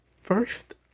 first